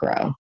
grow